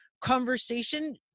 conversation